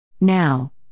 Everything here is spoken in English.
Now